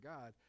God